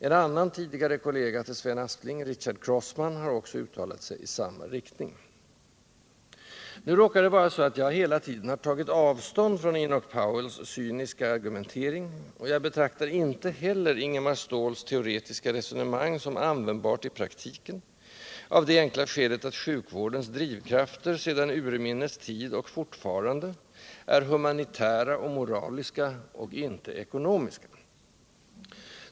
En annan tidigare kollega till Sven Aspling, Richard Crossman, har också uttalat sig i samma riktning. Nu råkar det vara så att jag hela tiden tagit avstånd från Enoch Powells cyniska argumentering. Jag betraktar inte heller Ingemar Ståhls teoretiska — Nr 135 resonemang som användbart i praktiken av det enkla skälet att sjukvårdens Onsdagen den drivkrafter sedan urminnes tid, och fortfarande, är humanitära och moraliska 3 maj 1978 —-inte ekonomiska.